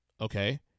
okay